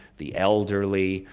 the elderly,